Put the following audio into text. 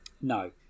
no